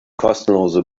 kostenlose